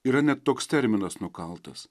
yra net toks terminas nukaltas